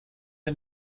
you